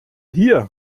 hier